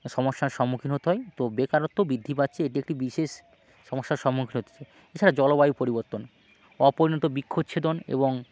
সমস্যার সম্মুখীন হতে হয় তো বেকারত্ব বৃদ্ধি পাচ্ছে এটি একটি বিশেষ সমস্যার সম্মুখীন হতে হচ্ছে এছাড়া জলবায়ু পরিবর্তন অপরিণত বৃক্ষচ্ছেদন এবং